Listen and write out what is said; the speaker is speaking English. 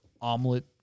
omelet